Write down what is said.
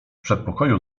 przedpokoju